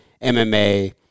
MMA